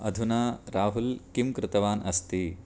अधुना राहुल् किं कृतवान् अस्ति